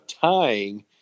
tying